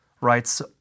writes